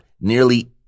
nearly